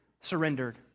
surrendered